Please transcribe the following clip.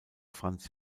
franz